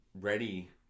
ready